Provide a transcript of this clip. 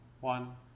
one